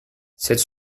cette